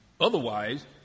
Otherwise